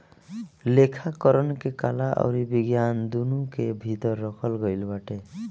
लेखाकरण के कला अउरी विज्ञान दूनो के भीतर रखल गईल बाटे